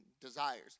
desires